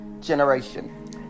generation